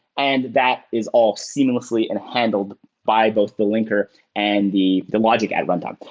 and that is all seamlessly and handled by both the linker and the the logic at runtime.